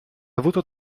avuto